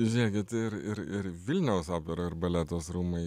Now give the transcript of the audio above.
žiūrėkit ir ir ir vilniaus opera ir baleto rūmai